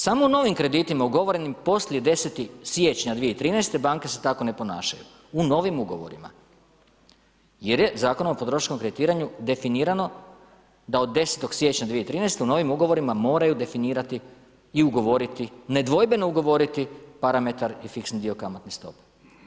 Samo novim kreditima ugovorenim poslije 10. siječnja 2013. banke se tako ne ponašaju, u novim ugovorima jer je Zakon o potrošačkom kreditiranju definirao da od 10. siječnja 2013. u novim ugovorima moraju definirati i ugovoriti, nedvojbeno ugovoriti parametar i fiksni dio kamatne stope.